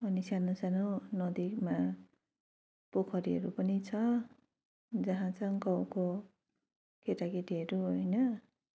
अनि सानो सानो नदीमा पोखरीहरू पनि छ जहाँ चाहिँ गाउँको केटा केटीहरू होइन